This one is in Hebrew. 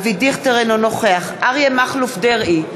אינו נוכח אריה מכלוף דרעי,